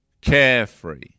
carefree